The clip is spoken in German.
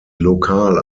lokal